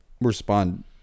respond